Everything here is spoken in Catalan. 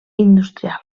industrial